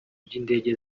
by’indege